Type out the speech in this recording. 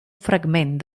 fragment